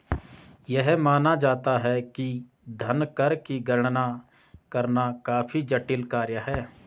यह माना जाता है कि धन कर की गणना करना काफी जटिल कार्य है